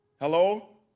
Hello